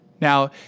Now